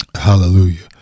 Hallelujah